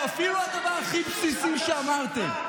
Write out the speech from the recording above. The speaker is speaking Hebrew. ואפילו הדבר הכי בסיסי שאמרתם,